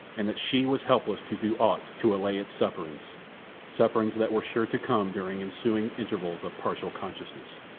and that she was helpless to do aught to allay its sufferings sufferings that were sure to come during ensuing intervals of partial consciousness.